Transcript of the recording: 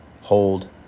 hold